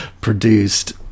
produced